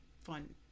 fun